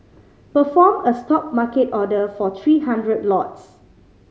perform a Stop market order for three hundred lots